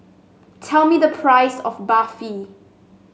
tell me the price of Barfi